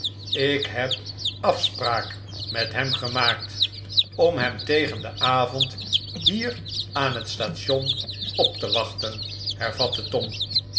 ik heb afspraak met hem gemaakt om hem tegen den avond hier aan het station op te wachten hervatte tom